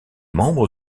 membre